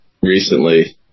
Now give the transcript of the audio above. recently